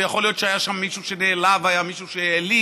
ויכול להיות שהיה שם מישהו שנעלב והיה מישהו שהעליב.